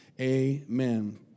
Amen